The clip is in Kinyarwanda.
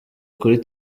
kuri